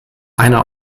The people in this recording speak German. einer